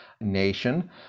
nation